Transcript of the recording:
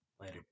Later